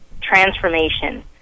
transformation